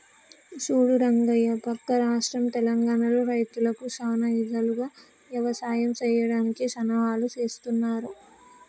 సూడు రంగయ్య పక్క రాష్ట్రంలో తెలంగానలో రైతులకు సానా ఇధాలుగా యవసాయం సెయ్యడానికి సన్నాహాలు సేస్తున్నారు